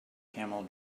camel